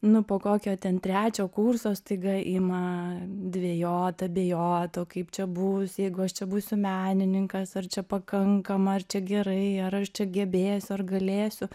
nu po kokio ten trečio kurso staiga ima dvejot abejot o kaip čia bus jeigu aš čia būsiu menininkas ar čia pakankama ar čia gerai ar aš čia gebėsiu ar galėsiu